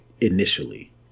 initially